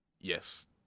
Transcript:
Yes